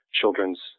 children's